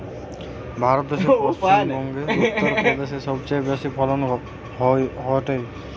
ভারত দ্যাশে পশ্চিম বংগো, উত্তর প্রদেশে সবচেয়ে বেশি ফলন হয়টে